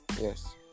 Yes